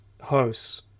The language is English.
Hosts